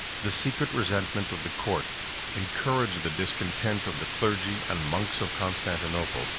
the secret resentment of the court encouraged the discontent of the clergy and monks of constantinople,